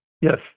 Yes